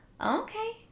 Okay